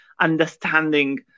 understanding